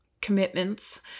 commitments